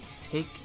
take